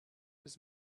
his